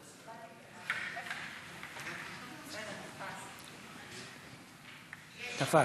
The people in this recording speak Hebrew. ההצעה להעביר את הצעת חוק הביטוח הלאומי (תיקון מס'